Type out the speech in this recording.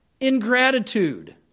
Ingratitude